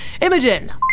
Imogen